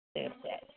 ശരി ശരി